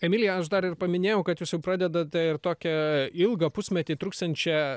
emilija aš dar ir paminėjau kad jūs jau pradedate ir tokią ilgą pusmetį truksiančią